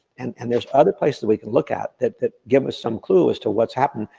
and and there's other places we can look at, that that give us some clue as to what's happened,